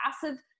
passive